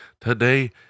today